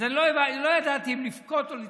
אז אני לא ידעתי אם לבכות או לצחוק.